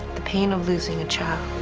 the pain of losing a child.